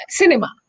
cinema